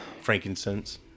frankincense